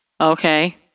Okay